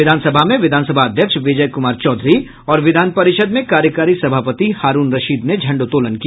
विधानसभा में विधानसभा अध्यक्ष विजय चौधरी और विधानपरिषद में कार्यकारी सभापति हारूण रशीद ने झंडोत्तोलन किया